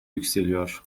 yükseliyor